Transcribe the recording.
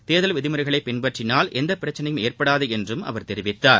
தேர்தல் விதிமுறைகளை பின்பற்றினால் எந்த பிரச்சினையும் ஏற்படாது என்றும் அவர் தெரிவித்தார்